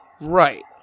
Right